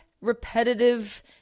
repetitive